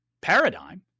paradigm